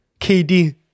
KD